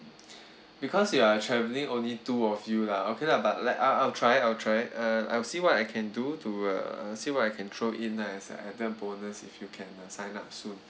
because you are traveling only two of you lah okay lah but let I'll I'll try I'll try uh I'll see what I can do to uh see what I can throw in ah as an added bonus if you can uh sign up soon